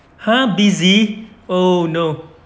!huh! busy oh no